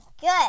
good